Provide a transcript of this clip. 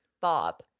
Bob